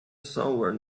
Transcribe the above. somewhere